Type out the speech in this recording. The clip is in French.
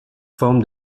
forme